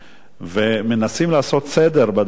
ומנסים לעשות סדר בדבר הזה,